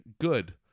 good